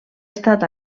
estat